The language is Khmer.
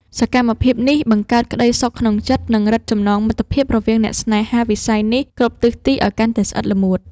សកម្មភាពនេះបង្កើតក្តីសុខក្នុងចិត្ត និង រឹតចំណងមិត្តភាពរវាងអ្នកស្នេហាវិស័យនេះគ្រប់ទិសទីឱ្យកាន់តែស្អិតល្មួត។